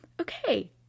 okay